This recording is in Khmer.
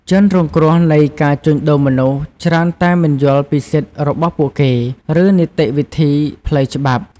ជនរងគ្រោះនៃការជួញដូរមនុស្សច្រើនតែមិនយល់ពីសិទ្ធិរបស់ពួកគេ ឬនីតិវិធីផ្លូវច្បាប់។